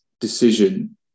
decision